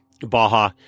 Baja